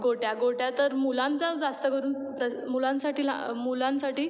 गोट्या गोट्या तर मुलांचाच जास्त करून मुलांसाठी ला मुलांसाठी